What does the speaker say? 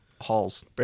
halls